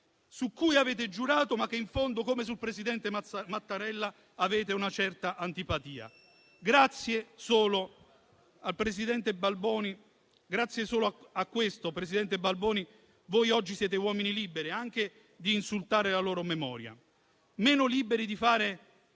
su cui avete giurato, ma verso cui, in fondo, come sul presidente Mattarella, avete una certa antipatia. Grazie solo a questo, presidente Balboni, voi oggi siete uomini liberi anche di insultare la loro memoria. Meno liberi di fare